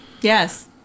Yes